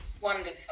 wonderful